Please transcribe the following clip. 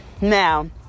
Now